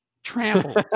Trampled